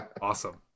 awesome